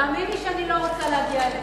תאמין לי שאני לא רוצה להגיע לזה,